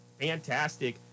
fantastic